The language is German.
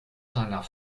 seiner